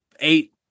eight